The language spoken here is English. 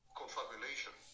confabulation